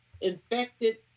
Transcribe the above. infected